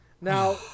now